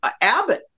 Abbott